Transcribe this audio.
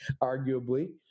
arguably